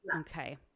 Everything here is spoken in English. Okay